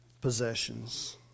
possessions